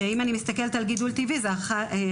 שאם אני מסתכלת על גידול טבעי זה 11.6%,